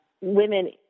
women